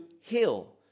heal